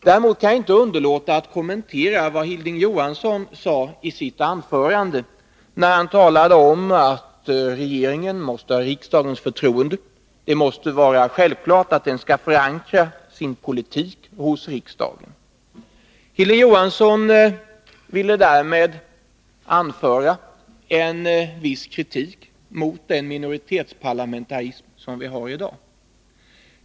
Däremot kan jag inte underlåta att kommentera vad Hilding Johansson sade i sitt anförande, när han talade om att regeringen måste ha riksdagens förtroende, att det måste vara självklart att regeringen skall förankra sin politik hos riksdagen. Hilding Johansson ville därmed anföra en viss kritik mot den minoritetsparlamentarism som vi har i dag.